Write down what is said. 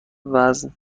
وزن